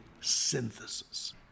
synthesis